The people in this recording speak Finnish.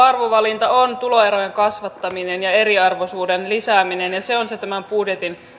arvovalinta on tuloerojen kasvattaminen ja eriarvoisuuden lisääminen se on tämän budjetin